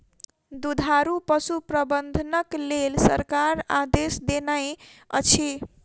दुधारू पशु प्रबंधनक लेल सरकार आदेश देनै अछि